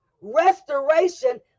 Restoration